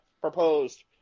proposed